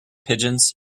pigeons